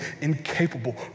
incapable